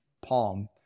palm